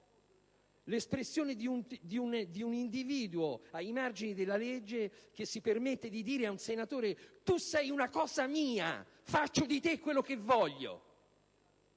riferisco ad un individuo che vive ai margini della legge, che si permette di dire ad un senatore: «Tu sei una cosa mia. Faccio di te quello che voglio».